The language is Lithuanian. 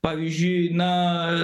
pavyzdžiui na